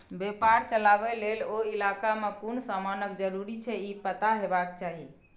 बेपार चलाबे लेल ओ इलाका में कुन समानक जरूरी छै ई पता हेबाक चाही